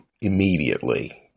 immediately